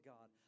God